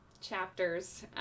chapters